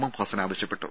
M Hassan ആവശ്യപ്പെട്ടു